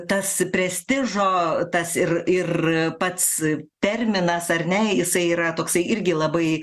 tas prestižo tas ir ir pats terminas ar ne jisai yra toksai irgi labai